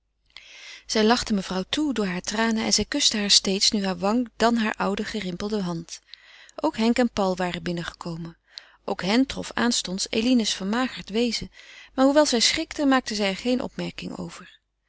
zij lachte mevrouw toe door hare tranen en zij kuste haar steeds nu hare wang dan hare oude gerimpelde hand ook henk en paul waren binnen gekomen ook hen trof aanstonds eline's vermagerd wezen maar hoewel zij schrikten maakten zij er geene aanmerking over